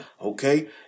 okay